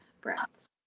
breaths